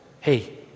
hey